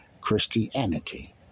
Christianity